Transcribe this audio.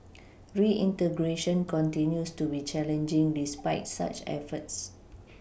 reintegration continues to be challenging despite such efforts